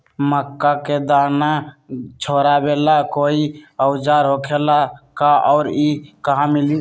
मक्का के दाना छोराबेला कोई औजार होखेला का और इ कहा मिली?